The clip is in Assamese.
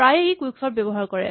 প্ৰায়ে ই কুইকচৰ্ট ব্যৱহাৰ কৰে